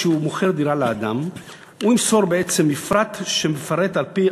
כשהוא מוכר דירה לאדם הוא ימסור בעצם מפרט שמפרט על-פי